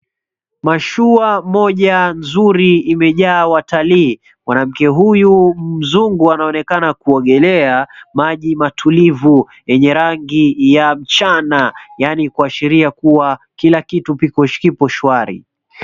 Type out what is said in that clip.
Mashua moja nzuri imejaa watalii, mwanamke huyu mzungu anaonekana kuogelea maji matulivu yenye rangi ya mchana yaani kuashiria kuwa kila kitu kipo shwari.